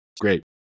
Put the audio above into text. great